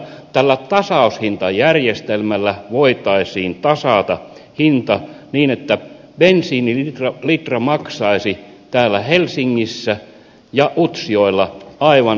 tällä tasaushintajärjestelmällä voitaisiin tasata hinta niin että bensiinilitra maksaisi täällä helsingissä ja utsjoella aivan saman verran